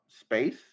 space